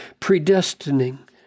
predestining